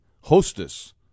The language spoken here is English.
hostess